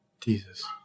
Jesus